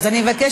אז אני מבקשת.